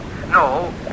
No